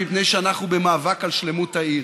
היה צריך לקיים אותו בירושלים מפני שאנחנו במאבק על שלמות העיר,